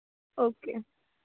okay